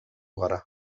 gara